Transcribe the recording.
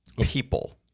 people